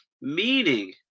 Meaning